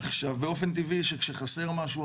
באופן טבעי כשחסר משהו,